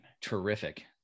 terrific